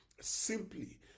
simply